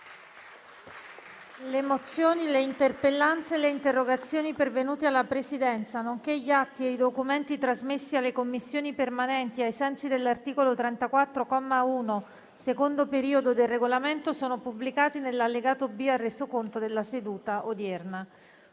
Le mozioni, le interpellanze e le interrogazioni pervenute alla Presidenza, nonché gli atti e i documenti trasmessi alle Commissioni permanenti ai sensi dell'articolo 34, comma 1, secondo periodo, del Regolamento sono pubblicati nell'allegato B al Resoconto della seduta odierna.